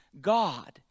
God